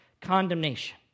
condemnation